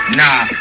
nah